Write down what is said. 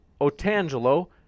Otangelo